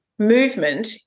Movement